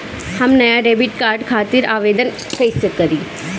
हम नया debit card खातिर आवेदन कईसे करी?